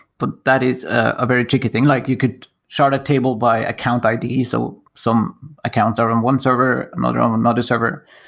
but that is a very tricky thing. like you could shard a table by account id. so some accounts are on one server, another on another server.